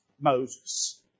Moses